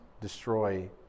destroy